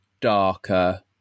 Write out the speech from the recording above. darker